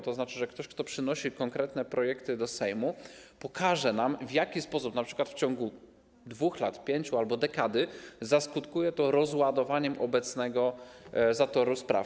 To znaczy, że ktoś, kto przynosi konkretne projekty do Sejmu, pokaże nam, w jaki sposób np. w ciągu 2 lat, 5 lat albo dekady zaskutkuje to rozładowaniem obecnego zatoru spraw.